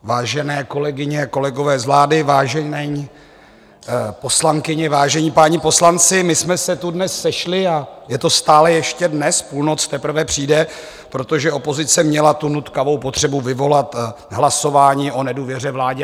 Vážené kolegyně, kolegové z vlády, vážené paní poslankyně, vážení páni poslanci, my jsme se tu dnes sešli a je to stále ještě dnes, půlnoc teprve přijde protože opozice měla tu nutkavou potřebu vyvolat hlasování o nedůvěře vládě.